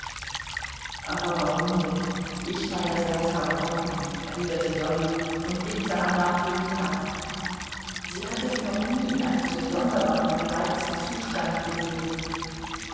aber warum denn ich meinerseits habe hoffnung erwiderte dolly und blickte anna prüfend an sie hatte sie noch nie in einem so sonderbaren gereizten zustand gesehen